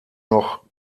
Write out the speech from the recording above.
noch